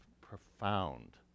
profound